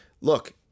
Look